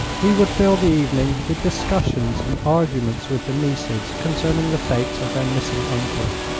he would fill the evening with discussions and arguments with the nieces concerning the fate of their missing uncle.